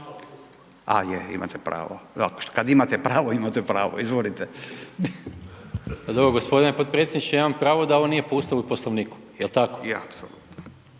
A je imate pravo. Kad imate pravo, imate pravo, izvolite. **Maras, Gordan (SDP)** G. potpredsjedniče, ja imam pravo da ovo nije po Ustavu i Poslovniku. Je li tako? .../Upadica: